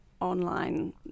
online